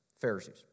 Pharisees